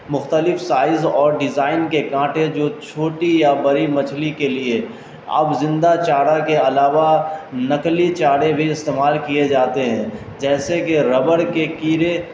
مختلف سائز اور ڈیزائن کے کانٹے جو چھوٹی یا بری مچھلی کے لیے اب زندہ چارہ کے علاوہ نقلی چاڑے بھی استعمال کیے جاتے ہیں جیسے کہ ربر کے کیڑے